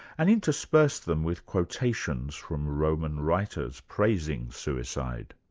and interspersed them with quotations from roman writers praising suicide.